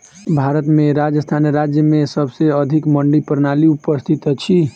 भारत में राजस्थान राज्य में सबसे अधिक मंडी प्रणाली उपस्थित अछि